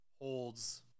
holds